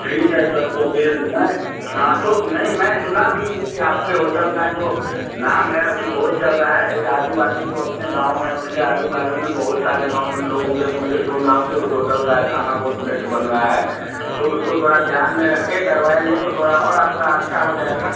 ठीक है सर तो फिर मैं हाँ तो नहीं मैं सुना भी हूँ कि आप के होटल का जो नाम है अभी बहुत चल रहा है आजू बाजू जो अपने गाँव हैं उसके आजू बाजू में बहुत सारे गाँव में लोगों के मुँह से सुन रहा हूँ कि उस होटल का खाना बहुत बन रहा है तो उसको थोड़ा ध्यान में रख के करवाएंगे तो थोड़ा और आप का अच्छा हो जाएगा